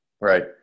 Right